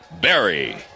Barry